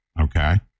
okay